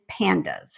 PANDAS